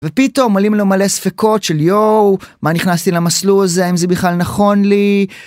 ופתאום עולים לו מלא ספקות של יואו מה נכנסתי למסלול הזה האם זה בכלל נכון לי.